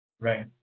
Right